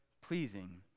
pleasing